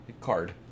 Card